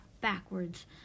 backwards